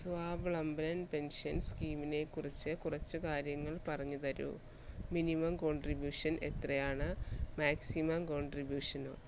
Swavalamban pension സ്കീമിനേക്കുറിച്ച് കുറച്ച് കാര്യങ്ങൾ പറഞ്ഞുതരൂ മിനിമം കോൺട്രിബ്യൂഷൻ എത്രയാണ് മാക്സിമം കോൺട്രിബ്യൂഷനോ